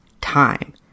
time